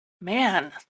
man